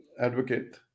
advocate